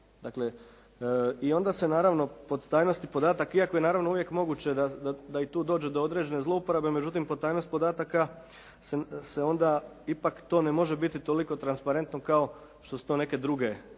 Dakle i onda se naravno pod tajnosti podataka iako je naravno uvijek moguće da i tu dođe do određene zlouporabe međutim pod tajnost podataka se onda ipak to ne može biti toliko transparentno kao što su to neke druge, neke